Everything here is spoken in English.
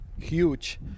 huge